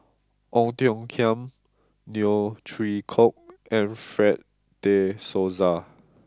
Ong Tiong Khiam Neo Chwee Kok and Fred de Souza